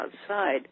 outside